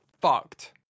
fucked